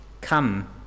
come